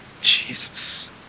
Jesus